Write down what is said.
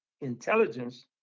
intelligence